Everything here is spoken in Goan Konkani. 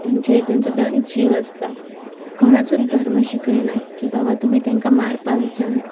तेंच्या हितून सुद्दां जीव आसता कोणाचोच धर्म शिकयना की बाबा तुमी तांकां मारपाक जाय